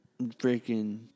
Freaking